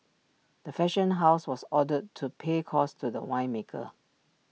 the fashion house was ordered to pay costs to the winemaker